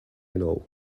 know